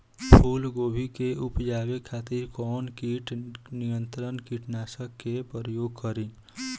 फुलगोबि के उपजावे खातिर कौन कीट नियंत्री कीटनाशक के प्रयोग करी?